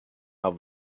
are